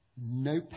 no